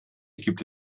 gibt